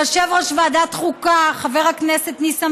ליושב-ראש ועדת חוקה חבר הכנסת ניסן